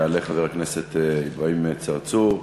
יעלה חבר הכנסת אברהים צרצור.